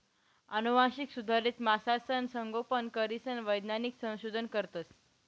आनुवांशिक सुधारित मासासनं संगोपन करीसन वैज्ञानिक संशोधन करतस